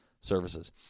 Services